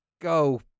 go